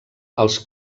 els